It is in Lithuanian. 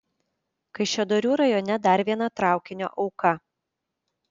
kaišiadorių rajone dar viena traukinio auka